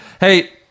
Hey